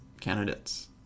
candidates